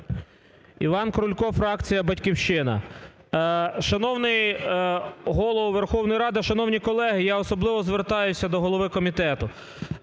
Іван Крулько, фракція "Батьківщина. Шановний Голово Верховної Ради, шановні колеги, я особливо звертаюся до голови комітету.